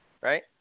right